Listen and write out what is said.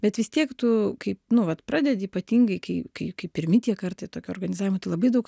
bet vis tiek tu kaip nu vat pradedi ypatingai kai kai kai pirmi tie kartai tokio organizavimo tai labai daug